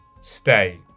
stay